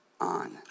on